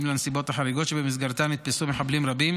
לנסיבות החריגות שבמסגרתן נתפסו מחבלים רבים